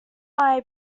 mai